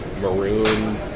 maroon